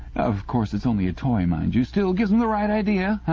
of course it's only a toy, mind you. still, gives em the right idea, ah